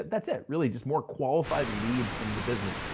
that's it. really just more qualified leads in the business.